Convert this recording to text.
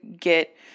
get